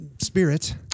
spirit